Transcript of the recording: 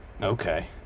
Okay